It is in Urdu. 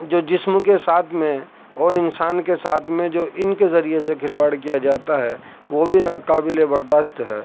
جو جسم کے ساتھ میں اور انسان کے ساتھ میں جو ان کے ذریعے سے کھلواڑ کیا جاتا ہے وہ بھی ناقابل برداشت ہے